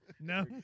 no